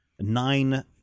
nine